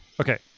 Okay